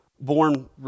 born